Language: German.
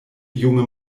junge